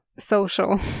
Social